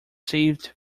saved